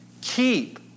keep